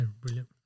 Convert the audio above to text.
brilliant